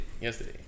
Yesterday